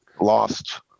lost